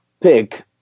pick